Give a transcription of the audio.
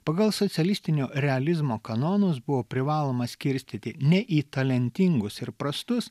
pagal socialistinio realizmo kanonus buvo privaloma skirstyti ne į talentingus ir prastus